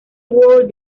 world